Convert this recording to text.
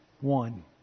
one